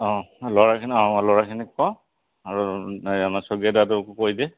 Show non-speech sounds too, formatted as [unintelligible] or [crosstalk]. অঁ ল'ৰাখিনি অঁ ল'ৰাখিনি কোৱা আৰু [unintelligible] আমাৰ শইকীয়া দাকো কৈ দিয়ে